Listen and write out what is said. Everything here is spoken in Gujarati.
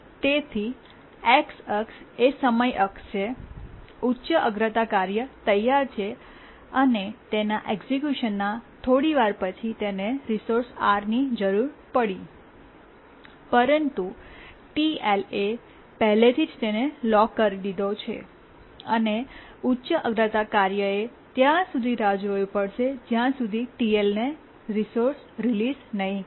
તેથી X અક્ષ સમય અક્ષ છે ઉચ્ચ અગ્રતા કાર્ય તૈયાર છે અને તેના એક્સક્યૂશનના થોડીવાર પછી તેને રિસોર્સ R ની જરૂર પડી પરંતુ TL એ પહેલાથી જ તેને લૉક કરી દીધી છે અને ઉચ્ચ અગ્રતા કાર્યએ ત્યાં સુધી રાહ જોવી પડશે જ્યાં સુધી TL રિસોર્સને રિલીઝ નહીં કરે